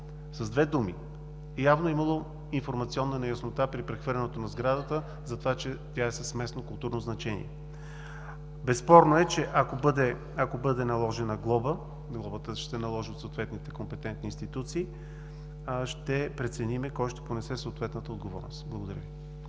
С две думи, явно е имало информационна неяснота при прехвърлянето на сградата за това, че тя е с местно културно значение. Безспорно е, че ако бъде наложена глоба, тя ще се наложи от съответните компетентни институции, ще преценим кой ще понесе съответната отговорност. Благодаря Ви.